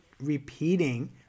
repeating